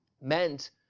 meant